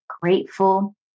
grateful